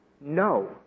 no